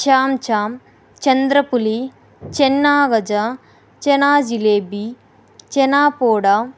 chamcham chandrapuli chena gaja chena jilebi chena poda